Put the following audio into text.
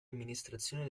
amministrazione